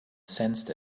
sensed